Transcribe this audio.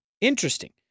Interesting